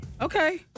Okay